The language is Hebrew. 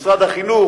משרד החינוך,